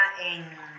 en